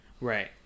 Right